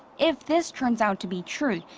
if this turns out to be true.